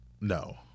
No